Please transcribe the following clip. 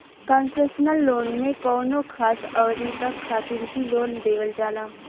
concessional loan में कौनो खास अवधि तक खातिर ही लोन देवल जाला